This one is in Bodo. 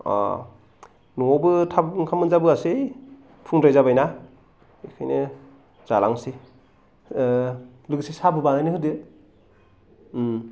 अ न'आवबो थाब ओंखाम मोनजाबोआसै फुंद्राय जाबाय ना बेनिखायनो जालांनिसै लोगोसे साहाबो बानायनो होदो